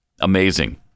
Amazing